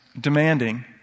demanding